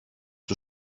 του